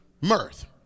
mirth